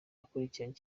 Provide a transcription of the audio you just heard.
yakurikiranye